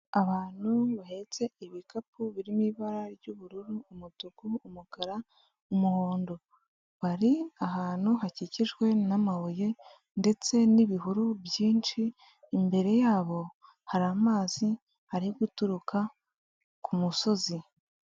Abantu bahetse ibikapu biri mu ibara ry'ubururu, umutuku, umukara, umuhondo. Bari ahantu hakikijwe n'amabuye ndetse n'ibihuru byinshi, imbere yabo hari amazi ari guturuka ku musozi.